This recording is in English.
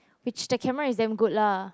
which the camera is damn good lah